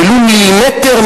ולו מילימטר,